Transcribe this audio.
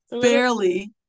barely